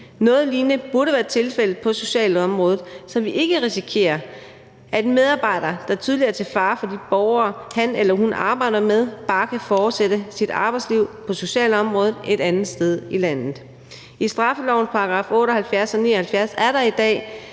Noget lignende burde være tilfældet på socialområdet, så vi ikke risikerer, at en medarbejder, der tydeligvis er til fare for de borgere, han eller hun arbejder med, bare kan fortsætte sit arbejdsliv på socialområdet et andet sted i landet. I straffelovens § 78 og 79 er der i dag